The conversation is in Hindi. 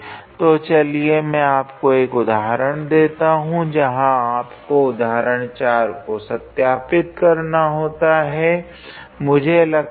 तो चलिए मैं आपको एक उदाहरण देता हूँ जहाँ आपको उदाहरण 4 को सत्यापित करना हो मुझे लगता है